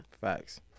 Facts